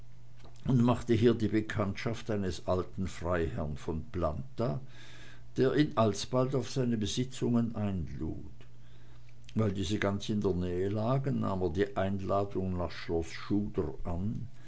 und machte hier die bekanntschaft eines alten freiherrn von planta der ihn alsbald auf seine besitzungen einlud weil diese ganz in der nähe lagen nahm er die einladung nach schloß schuder an